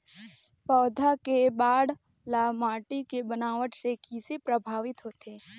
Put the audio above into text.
पौधा के बाढ़ ल माटी के बनावट से किसे प्रभावित होथे?